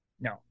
No